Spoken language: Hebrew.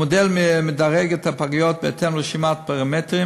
המודל מדרג את הפגיות בהתאם לרשימת פרמטרים